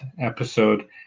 episode